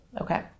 Okay